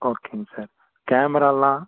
ஓகேங்க சார் கேமரெல்லாம்